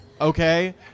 Okay